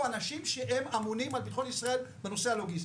אנשים שהם אמונים על ביטחון ישראל בנושא הלוגיסטיקה.